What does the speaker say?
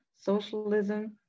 socialism